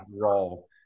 role